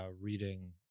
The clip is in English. reading